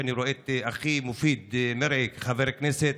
שבו אני רואה את אחי מופיד מרעי חבר כנסת.